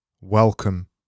welcome